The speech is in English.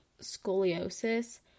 scoliosis